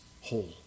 whole